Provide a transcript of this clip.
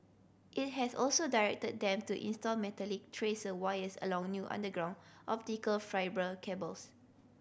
it has also directed them to install metallic tracer wires along new underground optical fibre cables